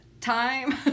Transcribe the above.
time